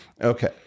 Okay